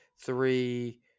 three